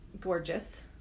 gorgeous